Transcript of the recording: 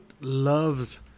loves